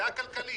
זה הניתוח הכלכלי.